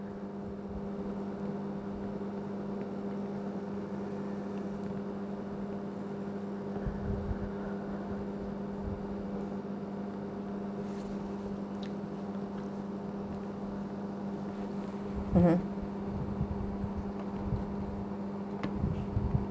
mmhmm